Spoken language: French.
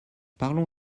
parlons